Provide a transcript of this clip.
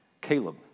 Caleb